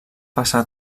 passar